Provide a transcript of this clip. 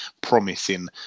Promising